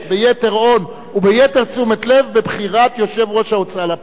ביתר און וביתר תשומת לב בבחירת יושב-ראש ההוצאה לפועל.